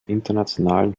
internationalen